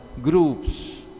groups